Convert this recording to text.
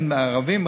אין לערבים?